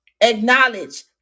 acknowledge